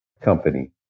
company